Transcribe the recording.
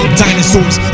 dinosaurs